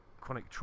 chronic